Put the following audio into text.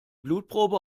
blutprobe